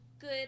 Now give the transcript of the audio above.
good